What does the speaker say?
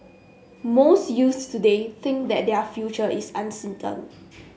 most youths today think that their future is uncertain